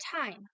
time